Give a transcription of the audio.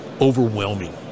overwhelming